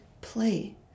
play